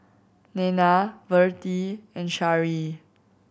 Nena Vertie and Shari